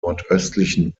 nordöstlichen